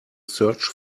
search